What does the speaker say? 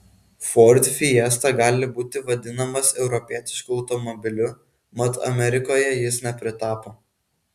ford fiesta gali būti vadinamas europietišku automobiliu mat amerikoje jis nepritapo